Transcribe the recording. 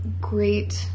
great